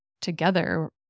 together